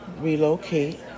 relocate